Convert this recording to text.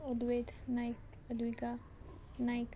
Advaid Nayak Advika Naik